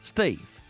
Steve